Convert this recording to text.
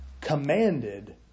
commanded